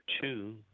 two